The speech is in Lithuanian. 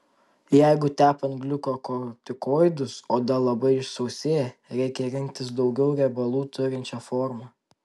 jeigu tepant gliukokortikoidus oda labai išsausėja reikia rinktis daugiau riebalų turinčią formą